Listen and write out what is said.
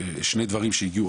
שני דברים שהגיעו,